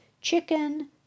chicken